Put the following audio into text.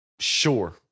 Sure